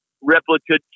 replica